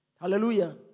Hallelujah